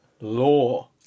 law